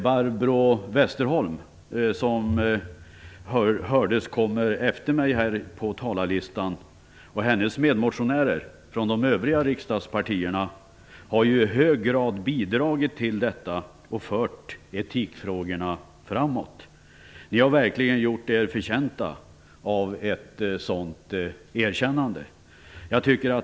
Barbro Westerholm, som kommer efter mig på talarlistan, och hennes medmotionärer från de övriga riksdagspartierna har i hög grad bidragit till detta och fört etikfrågorna framåt. Ni har verkligen gjort er förtjänta av ett sådant erkännande.